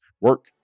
Work